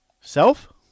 self